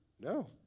No